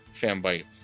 FanBite